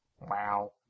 Wow